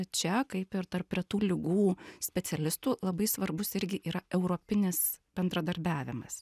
čia kaip ir tarp retų ligų specialistų labai svarbus irgi yra europinis bendradarbiavimas